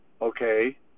Okay